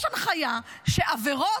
יש הנחיה שעבירות,